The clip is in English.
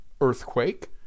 Earthquake